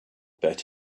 bet